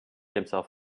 himself